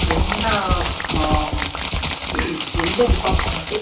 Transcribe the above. எந்த எந்த டிபார்ட்மென்ட்டு